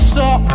Stop